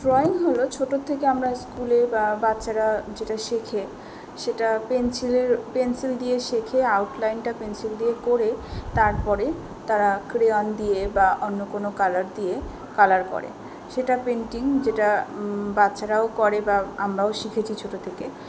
drawing হলো ছোটোর থেকে আমরা স্কুলে বা বাচ্চারা যেটা শেখে সেটা পেন্সিলের পেন্সিল দিয়ে শেখে আউট লাইনটা পেন্সিল দিয়ে করে তারপরে তারা ক্রেয়ন দিয়ে বা অন্য কোনো কালার দিয়ে কালার করে সেটা পেন্টিং যেটা বাচ্চারাও করে বা আমরাও শিখেছি ছোটো থেকে